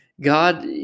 God